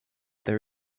there